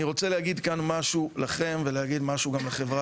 אני רוצה להגיד כאן משהו לכם ולהגיד משהו גם לחברה